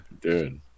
dude